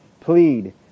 plead